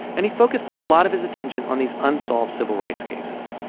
and he focused a lot of his attention on these unsolved civil rights cases.